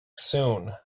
soon